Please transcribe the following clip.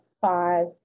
five